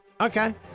Okay